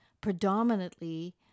predominantly